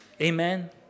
Amen